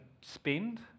spend